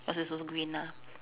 bus is also green ah